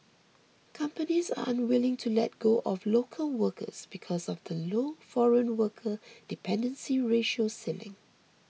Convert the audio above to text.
companies are unwilling to let go of local workers because of the low foreign worker dependency ratio ceiling